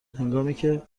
هنگامیکه